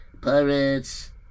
Pirates